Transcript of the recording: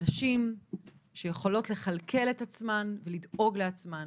נשים שיכולות לכלכל את עצמן ולדאוג לעצמן.